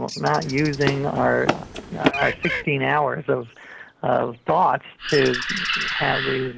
not using our our sixteen hours of of thoughts to have these